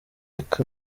reka